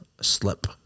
slip